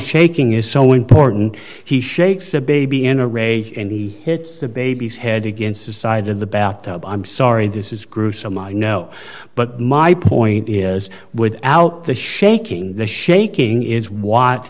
shaking is so important he shakes the baby in a rage and he hits the baby's head against the side of the bathtub i'm sorry this is gruesome i know but my point is without the shaking the shaking is w